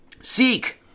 Seek